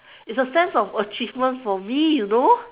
it's a sense of achievement for me you know